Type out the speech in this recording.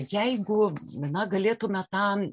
jeigu na galėtume tą